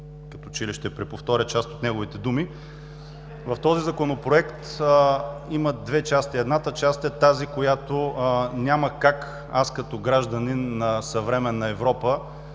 като че ли ще преповторя част от неговите думи. В този Законопроект има две части. Едната част е тази, която няма как аз, като гражданин на съвременна Европа,